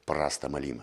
prastą malimą